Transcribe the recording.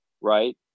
right